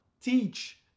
teach